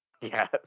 Yes